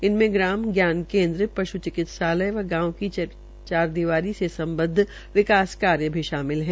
इनमें ग्राम ज्ञान केन्द्र श् चिकित्सालय व गांव की चारदीवारी के सम्बद्व विकास कार्य भी शामिल है